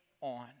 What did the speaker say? on